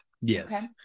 yes